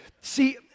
See